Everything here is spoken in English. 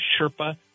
Sherpa